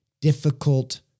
difficult